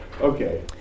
okay